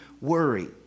worry